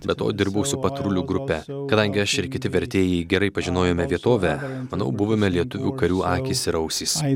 be to dirbau su patrulių grupe kadangi aš ir kiti vertėjai gerai pažinojome vietovę manau buvome lietuvių karių akys ir ausys